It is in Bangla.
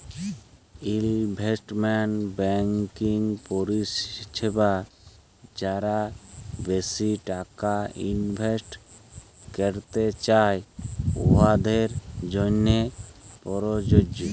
ইলভেস্টমেল্ট ব্যাংকিং পরিছেবা যারা বেশি টাকা ইলভেস্ট ক্যইরতে চায়, উয়াদের জ্যনহে পরযজ্য